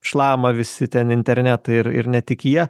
šlama visi ten internetai ir ir ne tik jie